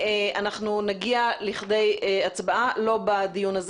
אנחנו נגיע לכדי הצבעה לא בדיון הזה